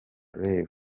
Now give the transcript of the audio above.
rev